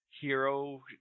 hero